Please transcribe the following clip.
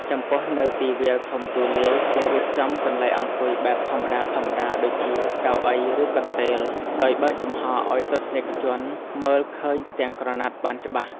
ចំពោះនៅទីវាលធំទូលាយ គេរៀបចំកន្លែងអង្គុយបែបធម្មតាៗដូចជា កៅអី ឬកន្ទេល ដោយបើកចំហរឱ្យទស្សនិកជនមើលឃើញផ្ទាំងក្រណាត់បានច្បាស់។